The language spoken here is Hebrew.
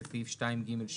זה סעיף 2ג8,